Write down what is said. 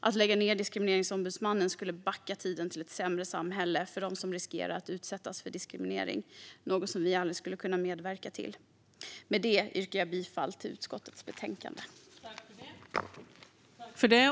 Att lägga ned Diskrimineringsombudsmannen skulle vara att backa tiden till ett sämre samhälle för dem som riskerar att utsättas för diskriminering, något som vi aldrig skulle kunna medverka till. Med det yrkar jag bifall till utskottets förslag till beslut.